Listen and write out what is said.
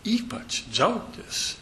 ypač džiaugtis